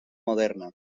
moderna